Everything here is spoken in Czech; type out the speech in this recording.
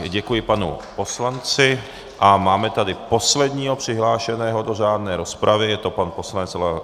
Děkuji panu poslanci a máme tady posledního přihlášeného do řádné rozpravy, je to pan poslanec Leo Luzar.